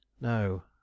No